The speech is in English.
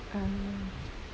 um